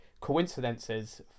coincidences